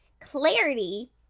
Clarity